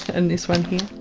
and this one here.